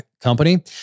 company